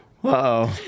whoa